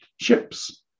ships